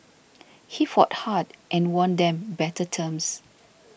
he fought hard and won them better terms